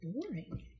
boring